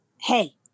hey